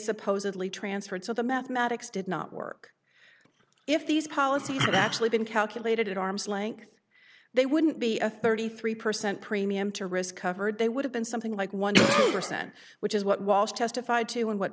supposedly transferred so the mathematics did not work if these policies of actually been calculated at arm's length they wouldn't be a thirty three percent premium to risk covered they would have been something like one percent which is what was testified to and what